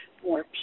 More